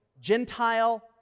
Gentile